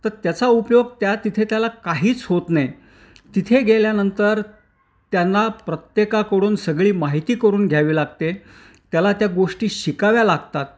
तर त्याचा उपयोग त्या तिथे त्याला काहीच होत नाही तिथे गेल्यानंतर त्याला प्रत्येकाकडून सगळी माहिती करून घ्यावी लागते त्याला त्या गोष्टी शिकाव्या लागतात